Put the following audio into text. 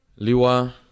Liwa